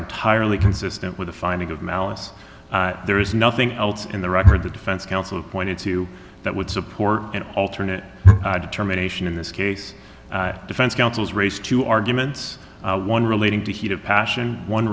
entirely consistent with a finding of malice there is nothing else in the record the defense counsel pointed to that would support an alternate determination in this case the defense counsel's race to arguments one relating to heat of passion one